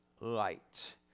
light